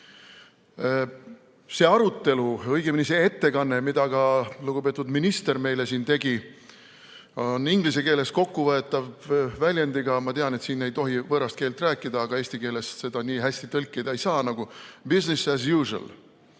See arutelu, õigemini see ettekanne, mida ka lugupeetud minister meile siin tegi, on inglise keeles kokku võetav väljendiga – ma tean, et siin ei tohi võõrast keelt rääkida, aga eesti keelde seda nii hästi tõlkida ei saa –business as usual.